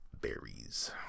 berries